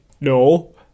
no